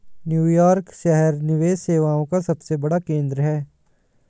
New York शहर निवेश सेवाओं का सबसे बड़ा केंद्र है